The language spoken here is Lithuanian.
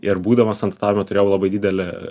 ir būdamas ant tatamio turėjau labai didelį